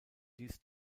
dies